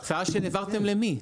למי העברתם את ההצעה?